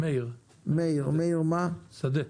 מאיר שדה.